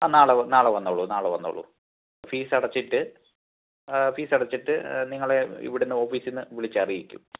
ആ നാളെ നാളെ വന്നോളൂ നാളെ വന്നോളൂ ഫീസടച്ചിട്ട് ഫീസടച്ചിട്ട് നിങ്ങളെ ഇവിടെനിന്ന് ഓഫീസിൽ നിന്ന് വിളിച്ചറിയിക്കും